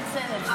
היושב-ראש,